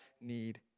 need